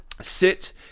sit